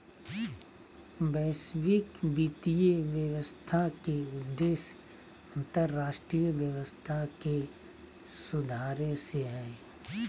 वैश्विक वित्तीय व्यवस्था के उद्देश्य अन्तर्राष्ट्रीय व्यवस्था के सुधारे से हय